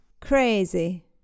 crazy